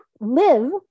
live